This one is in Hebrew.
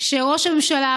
שראש הממשלה,